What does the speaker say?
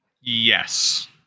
Yes